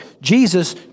Jesus